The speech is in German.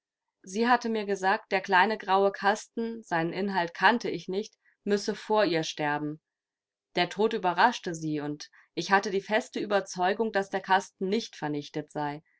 sie hatte mir gesagt der kleine graue kasten seinen inhalt kannte ich nicht müsse vor ihr sterben der tod überraschte sie und ich hatte die feste ueberzeugung daß der kasten nicht vernichtet sei